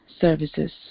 services